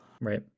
Right